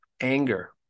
anger